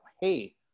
hey